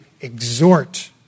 exhort